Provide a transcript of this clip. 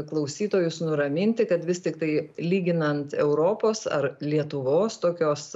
klausytojus nuraminti kad vis tiktai lyginant europos ar lietuvos tokios